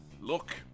Look